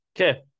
Okay